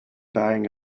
buying